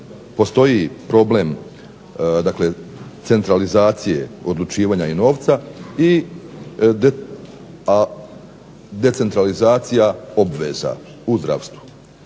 postoji problem dakle centralizacije odlučivanja i novca i decentralizacija obveza u zdravstvu.